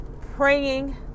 Praying